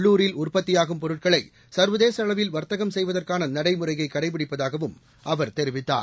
உள்ளுரில் உற்பத்தியாகும் பொருட்களை சர்வதேச அளவில் வர்த்தகம் செய்வதற்கான நடைமுறையை கடைபிடிப்பதாக அவர் தெரிவித்தார்